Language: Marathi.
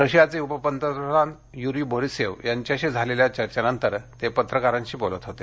रशियाचे उपपंतप्रधान यूरी बोरिसव यांच्याशी झालेल्या चर्चेनंतर ते पत्रकारांशी बोलत होते